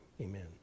Amen